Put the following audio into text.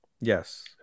Yes